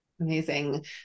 Amazing